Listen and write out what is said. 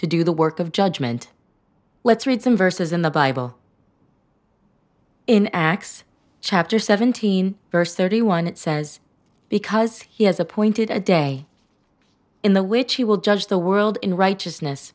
to do the work of judgment let's read some verses in the bible in acts chapter seventeen verse thirty one it says because he has appointed a day in the which he will judge the world in righteousness